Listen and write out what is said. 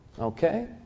okay